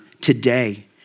today